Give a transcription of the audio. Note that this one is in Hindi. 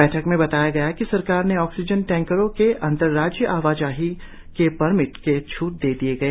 बैठक में बताया गया कि सरकार ने ऑक्सीजन टैंकरों के अंतर राज्य आवाजाही को परमिट से छ्ट दे दी जाए